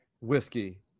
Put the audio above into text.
whiskey